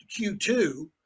q2